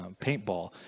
paintball